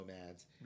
nomads